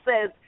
says